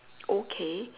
okay